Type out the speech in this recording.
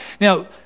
Now